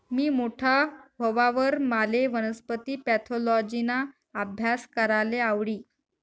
मी मोठा व्हवावर माले वनस्पती पॅथॉलॉजिना आभ्यास कराले आवडी